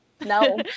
no